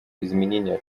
изменения